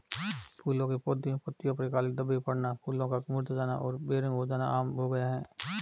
फूलों के पौधे में पत्तियों पर काले धब्बे पड़ना, फूलों का मुरझा जाना और बेरंग हो जाना आम हो गया है